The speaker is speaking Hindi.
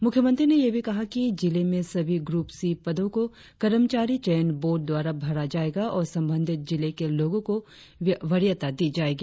मुख्यमंत्री ने यह भी कहा कि जिले में सभी ग्रूप सी पदों को कर्मचारी चयन बोर्ड द्वारा भरा जाएगा और संबंधित जिले के लोगों को वरीयता दी जाएगी